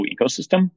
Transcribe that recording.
ecosystem